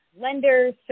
lenders